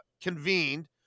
convened